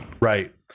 Right